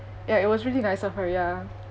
ya it was really nice of her ya